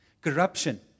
corruption